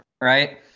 right